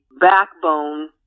backbone